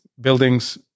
buildings